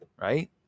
right